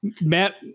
matt